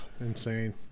insane